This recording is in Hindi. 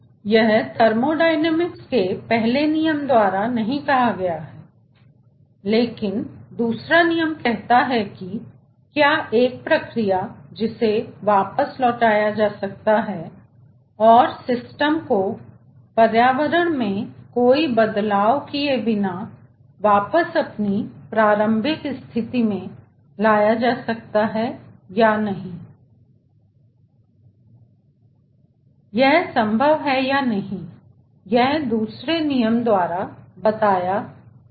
यह थर्मोडायनामिक्स के पहले नियम द्वारा नहीं कहा गया है लेकिन दूसरा नियम कहता है कि क्या एक प्रक्रिया जिसे वापस लौटाया जा सकता है और सिस्टम को पर्यावरण में कोई बदलाव किए बिना वापस अपनी प्रारंभिक स्थिति में ले जाया जा सकता है या नहीं यह संभव है या नहीं दूसरे नियम द्वारा बताया गया